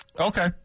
Okay